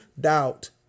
doubt